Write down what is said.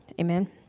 Amen